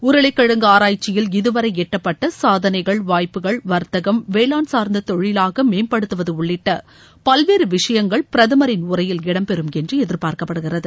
உருளைக்கிழங்கு ஆராய்ச்சியில் இதுவரை எட்டப்பட்ட சாதனைகள் வாய்ப்புகள் வர்த்தகம் வேளாண் சார்ந்த தொழிலாக மேம்படுத்துவது உள்ளிட்ட பல்வேறு விஷயங்கள் பிரதமரின்உரையில் இடம்பெறும் என்று எதிர்பார்க்கப்படுகிறது